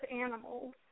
animals